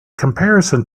comparison